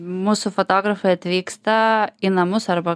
mūsų fotografai atvyksta į namus arba